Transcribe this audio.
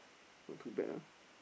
not too bad ah